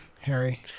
Harry